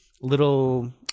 little